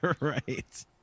right